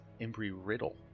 Embry-Riddle